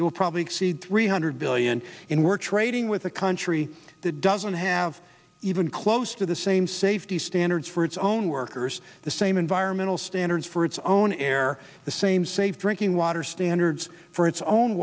will probably exceed three hundred billion in we're trading with a country that doesn't have even close to the same safety standards for its own workers the same environmental standards for its own air the same safe drinking water standards for its own